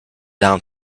down